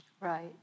Right